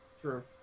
True